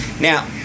Now